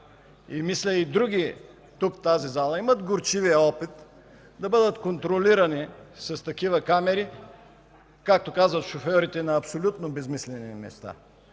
Мисля, че и други тук, в тази зала, имат горчивия опит да бъдат контролирани с такива камери, както казват шофьорите – на абсолютно безсмислени места.